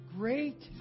Great